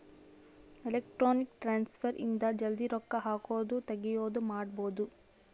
electronic transfer ಇಂದ ಜಲ್ದೀ ರೊಕ್ಕ ಹಾಕೋದು ತೆಗಿಯೋದು ಮಾಡ್ಬೋದು